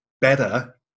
better